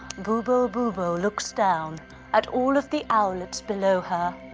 boobo boobo looks down at all of the owlets below her.